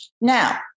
Now